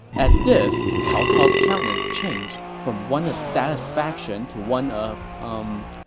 at this, cao cao's countenance changed from one of satisfaction to one of, umm,